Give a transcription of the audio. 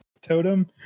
totem